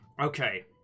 Okay